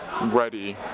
ready